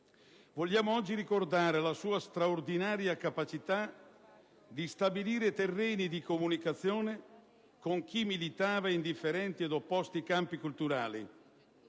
Vogliamo oggi ricordare la sua straordinaria capacità di stabilire terreni di comunicazione con chi militava in differenti ed opposti campi culturali.